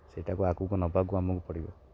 ସେଟାକୁ ଆଗକୁ ନେବାକୁୁ ଆମକୁ ପଡ଼ିବ